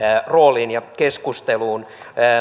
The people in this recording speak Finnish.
rooliin ja keskusteluun